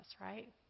right